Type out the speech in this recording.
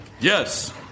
Yes